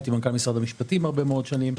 הייתי מנכ"ל משרד המשפטים הרבה מאוד שנים,